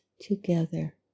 together